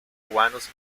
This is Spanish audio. cubanos